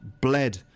bled